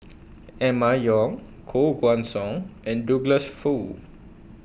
Emma Yong Koh Guan Song and Douglas Foo